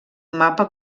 mapa